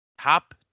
top